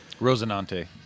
Rosanante